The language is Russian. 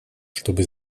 чтобы